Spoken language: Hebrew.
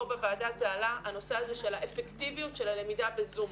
בוועדה הנושא הזה של האפקטיביות של הלמידה ב-זום.